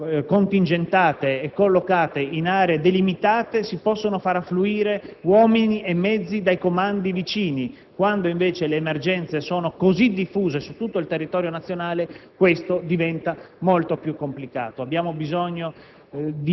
contingentate e collocate in aree delimitate si possono far affluire uomini e mezzi dai comandi vicini; quando, invece, le emergenze sono così diffuse su tutto il territorio nazionale, questa operazione diventa molto più complicata. Abbiamo bisogno